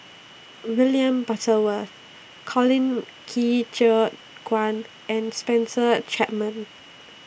William Butterworth Colin Qi Zhe Quan and Spencer Chapman